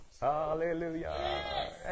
Hallelujah